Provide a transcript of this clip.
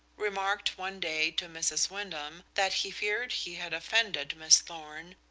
remarked one day to mrs. wyndham that he feared he had offended miss thorn,